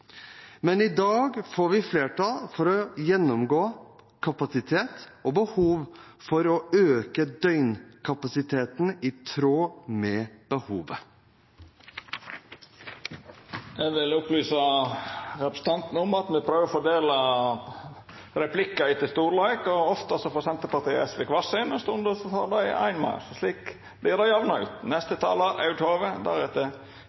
Men i dag får vi flertall for å gjennomgå kapasitet og behov for å øke døgnkapasiteten i tråd med behovet. Presidenten vil opplysa representanten om at me prøver å fordela replikkar etter storleik. Ofte får Senterpartiet og SV kvar sin, og stundom får nokon ein meir. Slik vert det